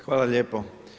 Hvala lijepo.